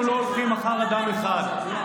אנחנו לא הולכים אחר אדם אחד,